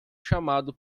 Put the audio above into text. chamado